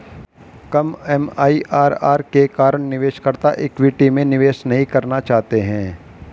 कम MIRR के कारण निवेशकर्ता इक्विटी में निवेश नहीं करना चाहते हैं